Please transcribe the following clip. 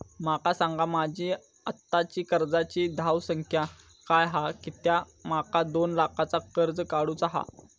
माका सांगा माझी आत्ताची कर्जाची धावसंख्या काय हा कित्या माका दोन लाखाचा कर्ज काढू चा हा?